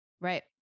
right